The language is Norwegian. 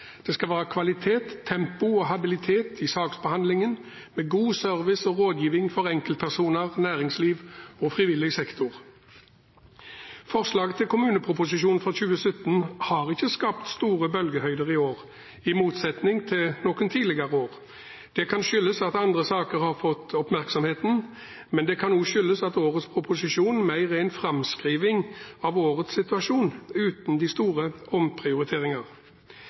Det skal være kvalitet, tempo og habilitet i saksbehandlingen med god service og rådgivning for enkeltpersoner, næringsliv og frivillig sektor. Forslag til kommuneproposisjonen for 2017 har ikke skapt store bølgehøyder i år, i motsetning til noen tidligere år. Det kan skyldes at andre saker har fått oppmerksomheten, men det kan også skyldes at årets proposisjon mer er en framskriving av årets situasjon uten de store